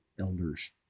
elders